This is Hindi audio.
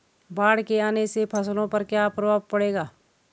बाढ़ के आने से फसलों पर क्या प्रभाव पड़ेगा?